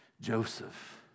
Joseph